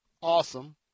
Awesome